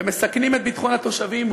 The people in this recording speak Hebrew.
ומסכנים את ביטחון התושבים,